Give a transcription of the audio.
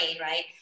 right